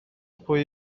pwy